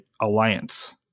Alliance